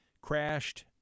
crashed